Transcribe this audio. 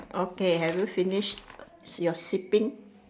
okay have you finished your seating